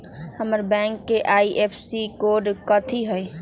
हमर बैंक के IFSC code कथि हई?